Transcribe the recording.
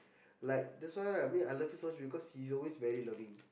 like that's why lah I mean I love him so much because he's always very loving